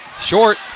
Short